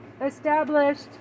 established